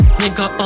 nigga